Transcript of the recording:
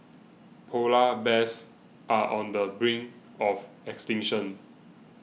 Polar Bears are on the brink of extinction